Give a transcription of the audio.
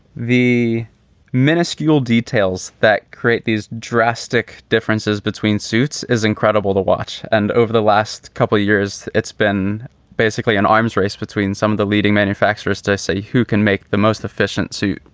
the minuscule details that create these drastic differences between suits is incredible to watch. and over the last couple of years, it's been basically an arms race between some the leading manufacturers to say who can make the most efficient suit?